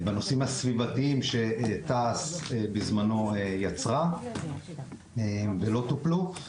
בנושאים הסביבתיים שתעש בזמנו יצרה ולא טופלו.